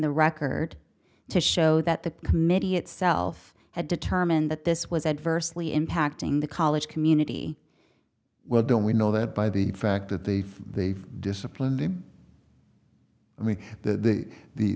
the record to show that the committee itself had determined that this was adversely impacting the college community well don't we know that by the fact that they've they've disciplined i mean that the